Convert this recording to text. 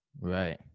Right